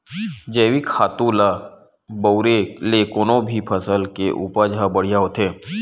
जइविक खातू ल बउरे ले कोनो भी फसल के उपज ह बड़िहा होथे